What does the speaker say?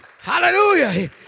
Hallelujah